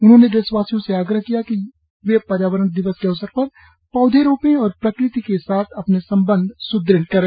उन्होंने देशवासियों से आग्रह किया कि वे पर्यावरण दिवस के अवसर पर पौधें रोपें और प्रकृति के साथ अपने संबंध स्दृढ करें